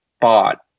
bought